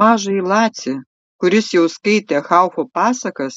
mažąjį lacį kuris jau skaitė haufo pasakas